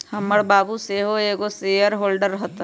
हमर बाबू सेहो एगो शेयर होल्डर हतन